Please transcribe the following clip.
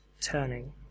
turning